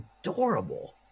adorable